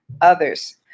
others